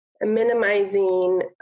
minimizing